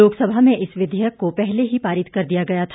लोकसभा में इस विधेयक को पहले ही पारित कर दिया गया था